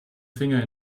finger